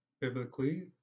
biblically